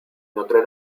notre